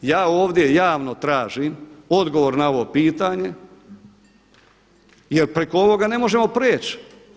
Ja ovdje javno tražim odgovor na ovo pitanje jer preko ovoga ne možemo priječi.